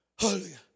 hallelujah